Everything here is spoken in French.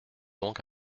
donc